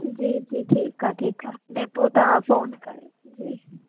जी जी ठीक आहे ठीक आहे हले पोइ तव्हां फ़ोन कयो जी